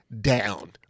down